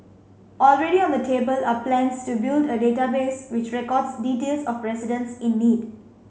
already on the table are plans to build a database which records details of residents in need